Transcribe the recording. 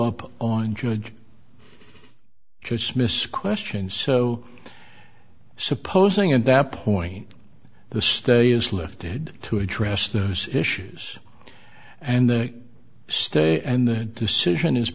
up on judge dismissed question so supposing at that point the stay is lifted to address those issues and then stay and the decision is